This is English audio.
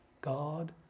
God